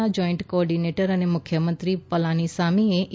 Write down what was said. ના joint coordinator અને મુખ્યમંત્રી પલાનીસામીએ એ